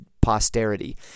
posterity